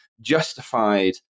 justified